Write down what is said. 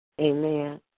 Amen